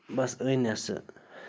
بَس أنۍ اَسہِ سُہ